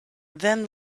then